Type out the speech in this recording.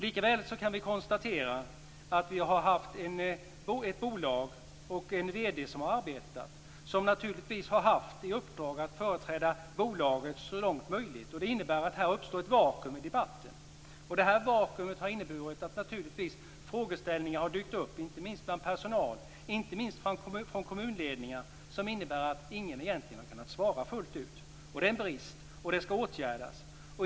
Likväl kan vi konstatera att vi har haft ett bolag och en ledning som arbetat och som naturligtvis har haft i uppdrag att företräda bolaget så långt som möjligt. Det innebär att här uppstår ett vakuum i debatten. Det här vakuumet har inneburit att frågeställningar naturligtvis dykt upp, inte minst bland personal och från kommunledning, som innebär att ingen egentligen har kunnat svara fullt ut. Det är en brist, det skall åtgärdas.